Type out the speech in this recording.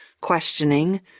questioning